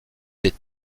des